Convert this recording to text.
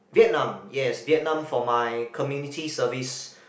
Vietnam yes Vietnam for my Community Service